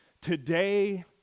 today